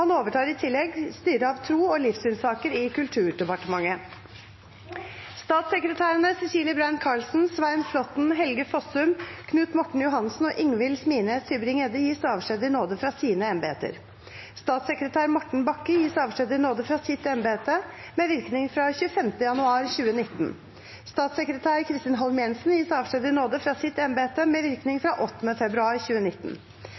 Han overtar i tillegg styret av tro- og livssynssaker i Kulturdepartementet. Statssekretærene Cecilie Brein-Karlsen, Svein Flåtten, Helge Fossum, Knut Morten Johansen og Ingvil Smines Tybring-Gjedde gis avskjed i nåde fra sine embeter. Statssekretær Morten Bakke gis avskjed i nåde fra sitt embete med virkning fra 25. januar 2019. Statssekretær Kristin Holm Jensen gis avskjed i nåde fra sitt embete med virkning fra 8. februar 2019.